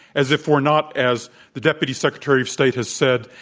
as if we're not, as the deputy secretary of state has said,